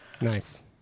Nice